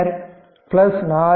பின்னர் 4 0